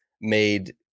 made